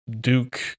Duke